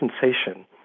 sensation